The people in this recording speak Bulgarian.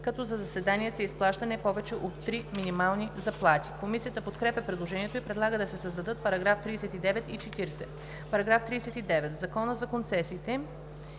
като за заседание се изплаща не повече от три минимални заплати.“ Комисията подкрепя предложението и предлага да се създадат § 39 и § 40: „§ 39. В Закона за концесиите